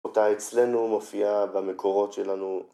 ‫אותה אצלנו מופיעה במקורות שלנו.